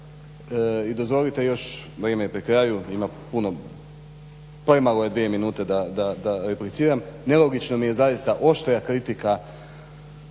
I dozvolite još, vrijeme je pri kraju, premalo je dvije minute da repliciram, nelogično mi je zaista oštrija kritika